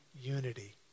unity